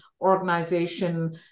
organization